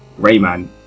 Rayman